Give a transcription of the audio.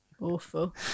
awful